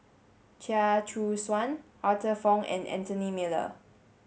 Chia Choo Suan Arthur Fong and Anthony Miller